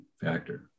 factor